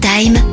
Time